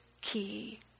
key